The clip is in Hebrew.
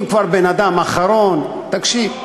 אם כבר בן-אדם אחרון, תקשיב.